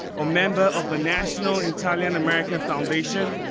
a member of the national italian american foundation,